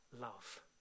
love